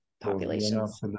populations